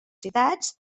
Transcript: citats